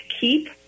Keep